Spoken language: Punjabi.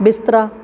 ਬਿਸਤਰਾ